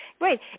Right